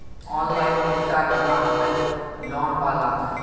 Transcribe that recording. Online पैसा जमा हते लोन वाला में?